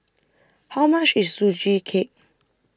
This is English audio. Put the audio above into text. How much IS Sugee Cake